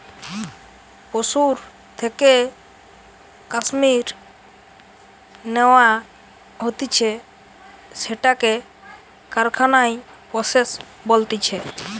পশুর থেকে কাশ্মীর ন্যাওয়া হতিছে সেটাকে কারখানায় প্রসেস বলতিছে